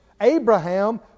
Abraham